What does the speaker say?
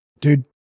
Dude